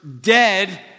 dead